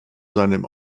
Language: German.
seinem